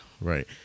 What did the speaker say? right